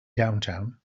downtown